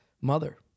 mother